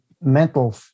mental